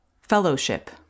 Fellowship